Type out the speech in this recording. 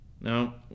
Now